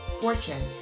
Fortune